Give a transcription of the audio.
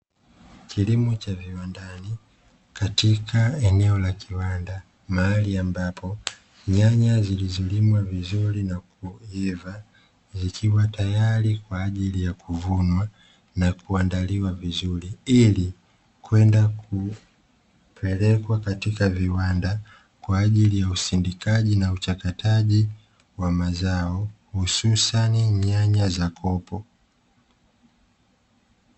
Kilimo cha viwandani katika eneo la kiwanda, mahali ambapo nyanya zilizolimwa vizuri na kuiva zikiwa tayari kwa ajili ya kuvunwa na kuandaliwa vizuri, ili kwenda kupelekwa katika viwanda kwa ajili ya usindikaji na uchakataji wa mazao, hususani nyanya za kopo.